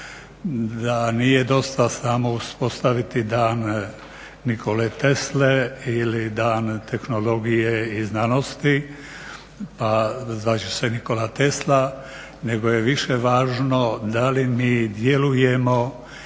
da nije dosta samo uspostaviti dan Nikole Tesle ili dan Tehnologije i znanosti, a zvat će se Nikola Tesla, nego je više važno da li mi djelujemo